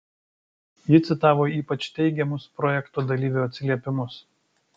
ji citavo ypač teigiamus projekto dalyvių atsiliepimus